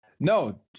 No